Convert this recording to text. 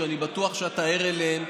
שאני בטוח שאתה ער אליהן,